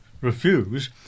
refuse